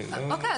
אוקיי.